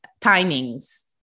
timings